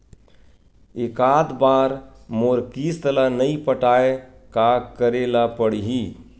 एकात बार मोर किस्त ला नई पटाय का करे ला पड़ही?